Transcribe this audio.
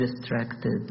distracted